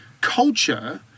culture